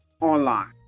online